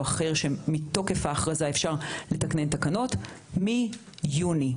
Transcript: אחר שמתוקפו אפשר לתקנן תקנות מאז חודש יוני,